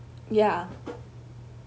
ya